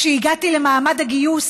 כשהגעתי למעמד הגיוס,